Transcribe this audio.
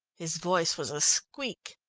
his voice was a squeak.